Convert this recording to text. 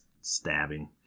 stabbing